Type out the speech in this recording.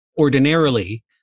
ordinarily